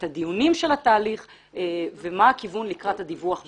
את הדיונים של התהליך ומה הכיוון לקראת הדיווח ביולי,